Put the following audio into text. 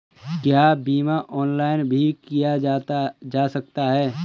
क्या बीमा ऑनलाइन भी किया जा सकता है?